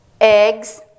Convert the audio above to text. Eggs